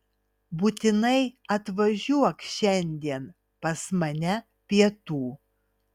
būtinai atvažiuok šiandien pas mane pietų